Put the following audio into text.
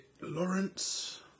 Lawrence